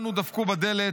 לנו דפקו בדלת,